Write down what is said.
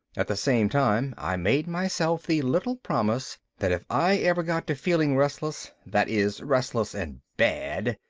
at the same time i made myself the little promise that if i ever got to feeling restless, that is, restless and bad,